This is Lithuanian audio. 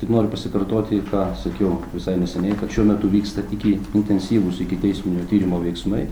tik noriu pasikartoti ką sakiau visai neseniai kad šiuo metu vyksta tiki intensyvūs ikiteisminio tyrimo veiksmai